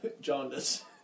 Jaundice